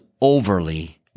overly